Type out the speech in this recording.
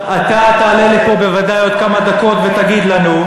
אתה תעלה לפה בוודאי עוד כמה דקות ותגיד לנו,